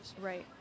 Right